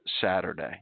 Saturday